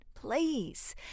please